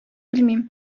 белмим